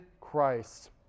Christ